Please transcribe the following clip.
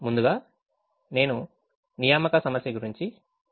ముందుగా నేను assignment problem గురించి వివరణ ఇస్తాను